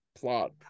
plot